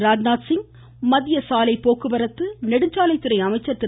ராஜ்நாத்சிங் மத்திய சாலை போக்குவரத்து நெடுஞ்சாலைத்துறை அமைச்சர் திரு